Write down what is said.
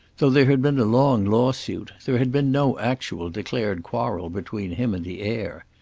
though there had been a long lawsuit, there had been no actual declared quarrel between him and the heir.